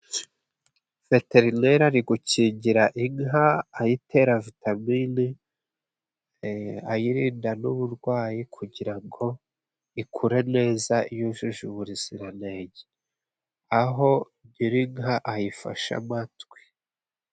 Veterineri ari gukingira inka ayitera vitamine,e ayirinda n'uburwayi kugira ngo ikure neza yujuje ubuziranenge. Aho nyir'inka ayifashe amatwi.